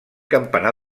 campanar